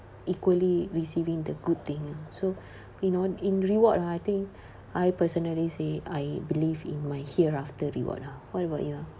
equally receiving the good thing ah so you know in reward ah I think I personally say I believe in my hereafter reward ah what about you